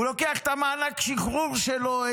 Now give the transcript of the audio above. הוא לוקח את המענק שחרור שלו,